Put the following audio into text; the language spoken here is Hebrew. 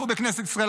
אנחנו בכנסת ישראל,